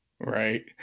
right